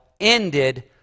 ended